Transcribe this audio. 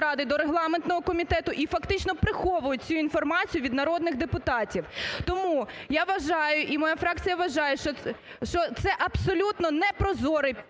Ради до регламентного комітету і фактично приховують цю інформацію від народних депутатів. Тому, я вважаю і моя фракція вважає, що це абсолютно непрозорий